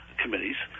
committees